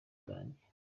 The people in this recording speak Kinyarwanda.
zanjye